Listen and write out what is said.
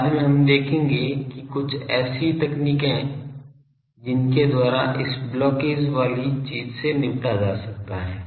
बाद में हम देखेंगे कि कुछ ऐसी तकनीकें जिनके द्वारा इस ब्लॉकेज वाली चीज़ से निपटा जा सकता है